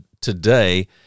today